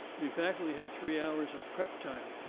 the faculty had three hours of prep time.